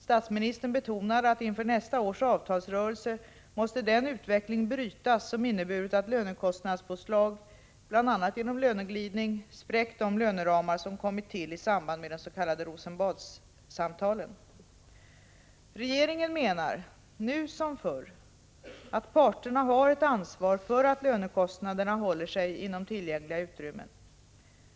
Statsministern betonade att inför nästa års avtalsrörelse måste den utveckling brytas som inneburit att lönekostnadspåslag— bl.a. genom löneglidning — spräckt de löneramar som kommit till i samband med de s.k. Rosenbadssamtalen. Regeringen menar — nu som förr — att parterna har ett ansvar för att lönekostnaderna håller sig inom tillgängliga utrymmen.